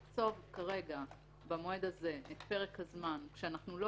לקצוב כרגע במועד הזה את פרק הזמן כשאנחנו לא